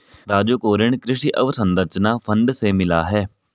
राजू को ऋण कृषि अवसंरचना फंड से मिला है